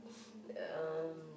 um